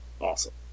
Awesome